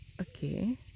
okay